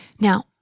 Now